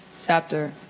chapter